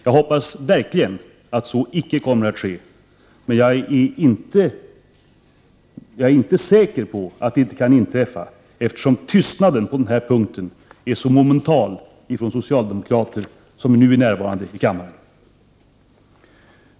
Jag hoppas verkligen att så icke kommer att ske, men jag är inte säker på att det inte kan inträffa, eftersom tystnaden på denna punkt är så monumental från de socialdemokrater som nu är närvarande i kammaren.